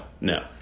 No